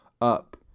up